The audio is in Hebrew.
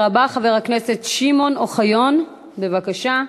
הדובר הבא, חבר הכנסת שמעון אוחיון, בבקשה.